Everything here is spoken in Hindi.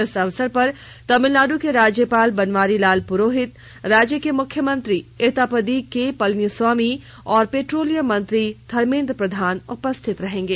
इस अवसर पर तमिलनाडु के राज्यपाल बनवारीलाल पुरोहित राज्य के मुख्यमंत्री एदापदी के पलनीस्वामी और पेट्रोलियम मंत्री धर्मेंद्र प्रधान उपस्थित रहेंगे